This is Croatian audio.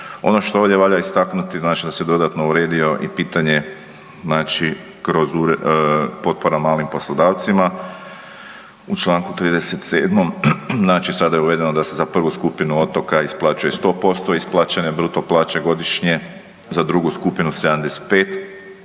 Ono što ovdje valja istaknuti da se dodatno uredilo i pitanje kroz potpore malim poslodavcima u čl. 37., znači sada je uvedeno da se za prvu skupinu otoka isplaćuje 100% isplaćene bruto plaće godišnje, za drugu skupinu 75,